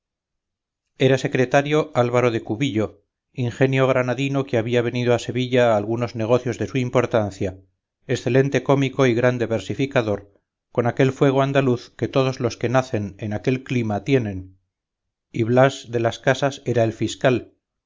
era secretario alvaro de cubillo ingenio granadino que había venido a sevilla a algunos negocios de su importancia excelente cómico y grande versificador con aquel fuego andaluz que todos los que nacen en aquel clima tienen y blas de las casas era fiscal